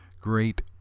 great